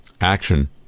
action